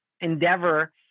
endeavor